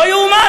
לא ייאמן.